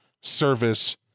service